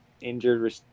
injured